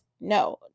No